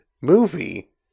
movie